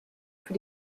für